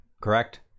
correct